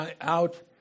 out